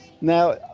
Now